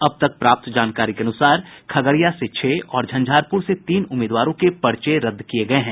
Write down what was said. अब तक प्राप्त जानकारी के अनुसार खगड़िया से छह और झंझारपुर से तीन उम्मीदवारों के पर्चे रद्द किये गये हैं